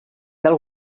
del